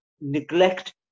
neglect